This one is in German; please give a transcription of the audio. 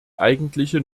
eigentliche